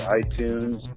itunes